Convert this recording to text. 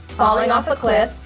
falling off a cliff,